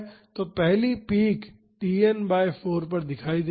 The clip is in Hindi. तो पहली पीक Tn बाई 4 पर दिखाई देती हैं